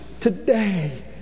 today